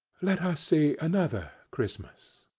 let us see another christmas!